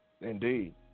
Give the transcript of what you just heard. Indeed